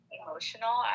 emotional